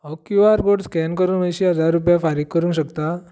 हो Q R code scan करून अयशीं हजार रुपया फारीक करूंक शकता